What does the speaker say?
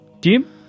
team